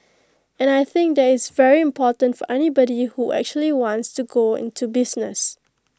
and I think that is very important for anybody who actually wants to go into business